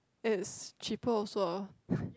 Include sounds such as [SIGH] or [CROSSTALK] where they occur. it's cheaper also ah [BREATH]